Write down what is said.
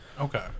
okay